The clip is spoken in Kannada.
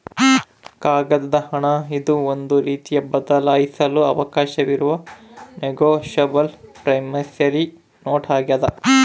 ಕಾಗದದ ಹಣ ಇದು ಒಂದು ರೀತಿಯ ಬದಲಾಯಿಸಲು ಅವಕಾಶವಿರುವ ನೆಗೋಶಬಲ್ ಪ್ರಾಮಿಸರಿ ನೋಟ್ ಆಗ್ಯಾದ